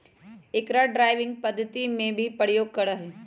अकरा ड्राइविंग पद्धति में भी प्रयोग करा हई